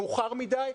מאוחר מדי,